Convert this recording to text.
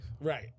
Right